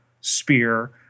spear